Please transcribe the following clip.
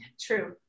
True